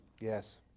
Yes